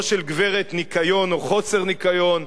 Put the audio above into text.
לא של גברת ניקיון או חוסר ניקיון,